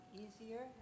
easier